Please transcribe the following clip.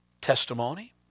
testimony